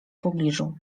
pobliżu